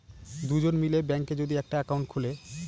দুজন মিলে ব্যাঙ্কে যদি একটা একাউন্ট খুলে